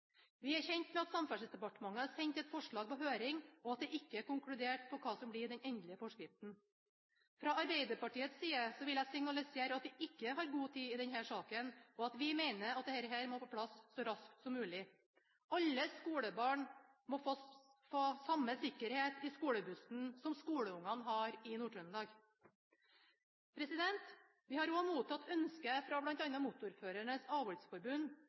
Vi er kjent med at Samferdselsdepartementet har sendt et forslag på høring, og at det ikke er konkludert om hva som blir den endelige forskriften. Fra Arbeiderpartiets side vil jeg signalisere at vi ikke har god tid i denne saken, og vi mener at dette må på plass så raskt som mulig. Alle skolebarn må få samme sikkerhet i skolebussen som skolebarna har i Nord-Trøndelag. Vi har også mottatt ønske fra bl.a. Motorførernes Avholdsforbund